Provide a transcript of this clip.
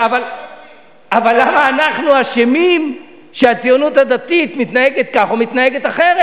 אבל למה אנחנו אשמים שהציונות הדתית מתנהגת כך או מתנהגת אחרת?